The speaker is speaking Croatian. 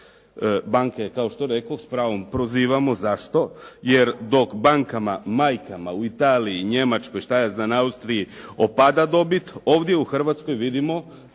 Banke kao što rekoh s pravom prozivamo. Zašto? Jer dok bankama majkama u Italiji, Njemačkoj, što ja znam, Austriji opada dobit, ovdje u Hrvatskoj vidimo